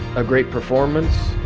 a great performance,